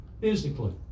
physically